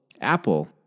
Apple